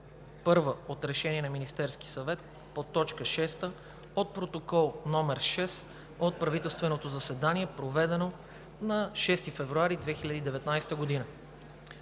т. 1 от Решение на Министерския съвет по т. 6 от Протокол № 6 от правителственото заседание, проведено на 6 февруари 2019 г.